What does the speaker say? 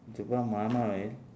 dubai மாமா:maamaa